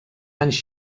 anys